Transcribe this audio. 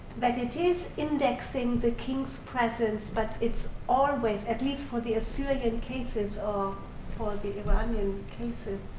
that it is indexing the king's presence but it's always, at least for the assyrian and cases, or for the iranian cases,